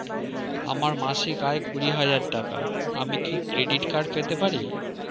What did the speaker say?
আমার মাসিক আয় কুড়ি হাজার টাকা আমি কি ক্রেডিট কার্ড পেতে পারি?